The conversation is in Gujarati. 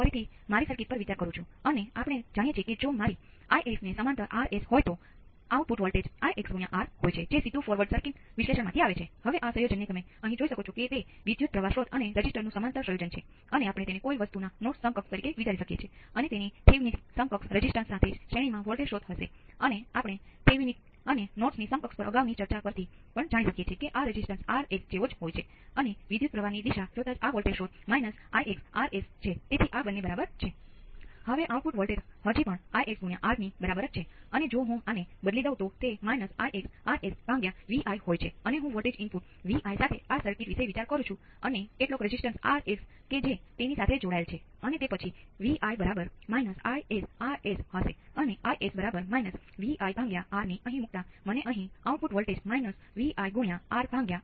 ફરીથી જો તમે જુઓ કે તે કેટલું ઘટી ગયું છે અને જો તમે આને 100 ટકા કહો છો તો આ ભાગ 63